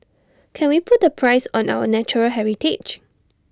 can we put A price on our natural heritage